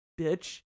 bitch